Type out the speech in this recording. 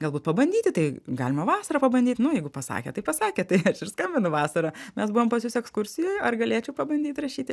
galbūt pabandyti tai galima vasarą pabandyt nu jeigu pasakė tai pasakė tai aš ir skambinu vasarą mes buvom pas jus ekskursijoj ar galėčiau pabandyt rašyti